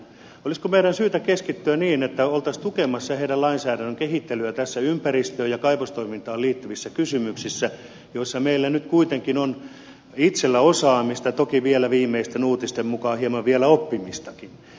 olisiko meidän syytä keskittyä siihen että olisimme tukemassa heidän lainsäädäntönsä kehittelyä näissä ympäristöön ja kaivostoimintaan liittyvissä kysymyksissä joissa meillä nyt kuitenkin on itsellämme osaamista toki viimeisten uutisten mukaan hieman vielä oppimistakin